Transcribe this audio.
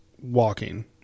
walking